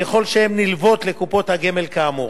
ככל שהן נלוות לקופת הגמל כאמור.